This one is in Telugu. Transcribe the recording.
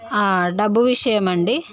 డబ్బు విషయమండి